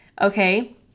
Okay